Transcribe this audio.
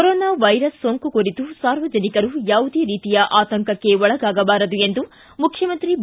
corona virus ಸೋಂಕು ಕುರಿತು ಸಾರ್ವಜನಿಕರು ಯಾವುದೇ ರೀತಿಯ ಆತಂಕಕ್ಕೆ ಒಳಗಾಗಬಾರದು ಎಂದು ಮುಖ್ಖಮಂತ್ರಿ ಬಿ